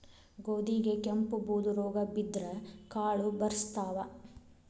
ಗೋಧಿಗೆ ಕೆಂಪು, ಬೂದು ರೋಗಾ ಬಿದ್ದ್ರ ಕಾಳು ಬರ್ಸತಾವ